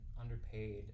underpaid